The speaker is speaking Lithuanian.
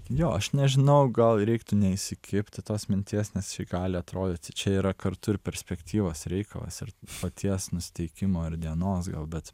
jo aš nežinau gal reiktų neįsikibti tos minties nes ji gali atrodyti čia yra kartu ir perspektyvos reikalas ir paties nusiteikimo ir dienos gal bet